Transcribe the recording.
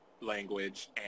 language